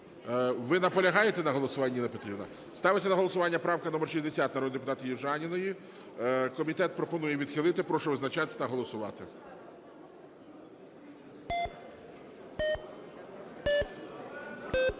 Ви наполягаєте на голосуванні, Ніна Петрівна? Ставиться на голосування правка номер 60 народного депутата Южаніної, комітет пропонує її відхилити. Прошу визначатися та голосувати.